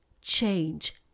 change